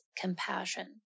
compassion